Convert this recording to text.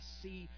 see